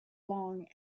long